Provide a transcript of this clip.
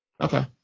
Okay